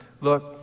look